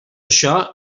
això